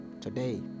today